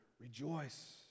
rejoice